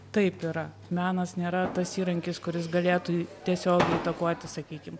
taip yra menas nėra tas įrankis kuris galėtų tiesiogiai įtakoti sakykim